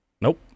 Nope